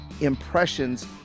impressions